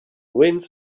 winds